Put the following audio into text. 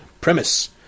Premise